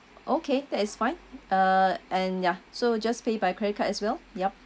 okay that is fine uh and ya so just pay by credit card as well yup